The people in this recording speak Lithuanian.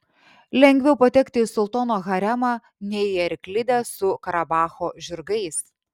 lengviau patekti į sultono haremą nei į arklidę su karabacho žirgais